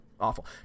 Awful